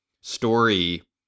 story